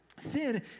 sin